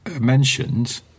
mentioned